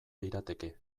lirateke